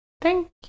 Thank